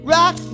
Rock